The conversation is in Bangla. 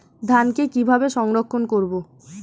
ধানকে কিভাবে সংরক্ষণ করব?